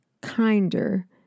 kinder